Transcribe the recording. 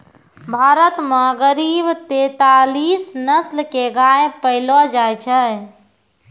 भारत मॅ करीब तेतालीस नस्ल के गाय पैलो जाय छै